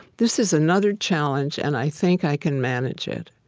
this is another challenge, and i think i can manage it.